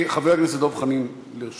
חבר הכנסת דב חנין, בבקשה.